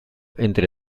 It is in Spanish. entre